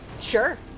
Sure